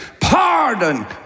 Pardon